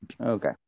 Okay